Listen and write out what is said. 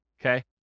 okay